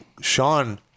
Sean